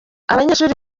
abanyeshuri